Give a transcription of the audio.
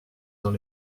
dans